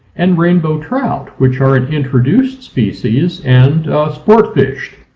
and rainbow trout, which are an introduced species and sport fish.